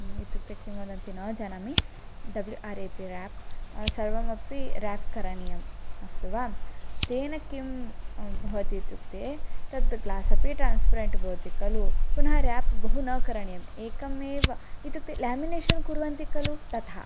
इत्युक्ते किं वदन्ति न जानामि W R A P wrap सर्वमपि रेप् करणीयम् अस्तु वा तेन किं भवति इत्युक्ते तद् ग्लास् अपि ट्रान्स्पेरेण्ट् भवति खलु पुनः रेप् बहु न करणीयम् एकमेव इत्युक्ते लेमिनेषन् कुर्वन्ति खलु तथा